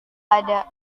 ada